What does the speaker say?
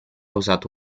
usato